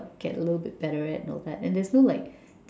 like get a little bit better and all that and there's no like